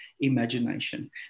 imagination